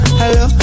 hello